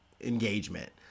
engagement